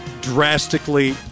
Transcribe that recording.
drastically